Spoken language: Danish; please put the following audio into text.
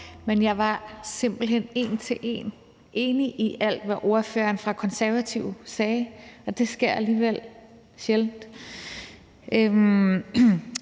men jeg var simpelt hen en til en enig i alt, hvad ordføreren for Konservative sagde, og det sker alligevel sjældent.